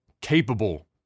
Capable